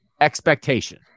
expectation